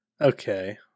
Okay